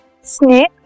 snake